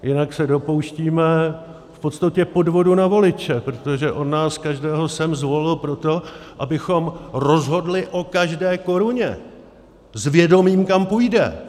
Jinak se dopouštíme v podstatě podvodu na voliče, protože on nás každého sem zvolil proto, abychom rozhodli o každé koruně s vědomím, kam půjde.